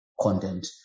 content